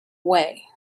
way